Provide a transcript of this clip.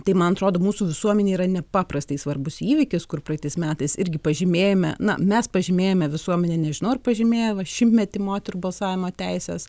tai man atrodo mūsų visuomenei yra nepaprastai svarbus įvykis kur praeitais metais irgi pažymėjome na mes pažymėjome visuomenė nežinau ar pažymėjo va šimtmetį moterų balsavimo teisės